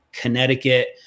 connecticut